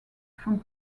from